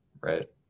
Right